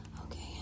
Okay